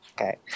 okay